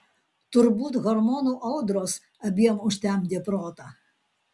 turbūt hormonų audros abiem užtemdė protą